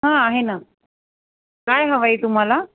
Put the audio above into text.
हां आहे ना काय हवंय तुम्हाला